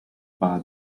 but